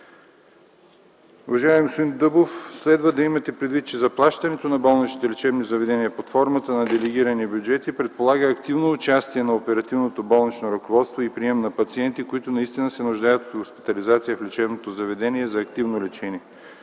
Уважаеми господин Дъбов, следва да имате предвид, че заплащането на болничните лечебни заведения под формата на делегирани бюджети предполага активно участие на оперативното болнично ръководство и прием на пациенти, които наистина се нуждаят от хоспитализация в лечебното заведение за активно лечение.